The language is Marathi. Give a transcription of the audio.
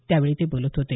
त्यावेळी ते बोलत होते